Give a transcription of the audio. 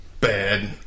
bad